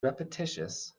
repetitious